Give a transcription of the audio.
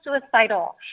suicidal